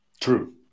True